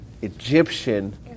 Egyptian